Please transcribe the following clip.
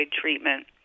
treatment